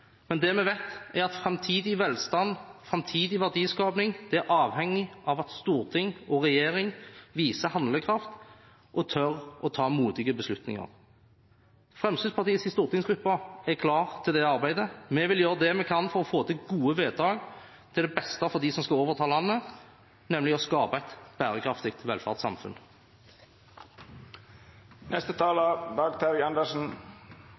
men det vi vet, er at framtidig velstand og framtidig verdiskaping er avhengig av at storting og regjering viser handlekraft og tør å ta modige beslutninger. Fremskrittspartiets stortingsgruppe er klare for det arbeidet. Vi vil gjøre det vi kan for å få til gode vedtak til beste for dem som skal overta landet, nemlig å skape et bærekraftig velferdssamfunn.